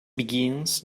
begins